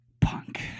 punk